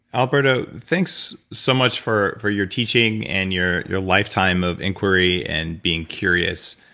alberto, thanks so much for for your teaching and your your lifetime of inquiry and being curious.